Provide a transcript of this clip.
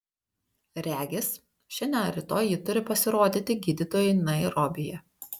regis šiandien ar rytoj ji turi pasirodyti gydytojui nairobyje